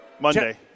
Monday